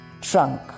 trunk